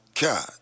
God